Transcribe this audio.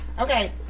Okay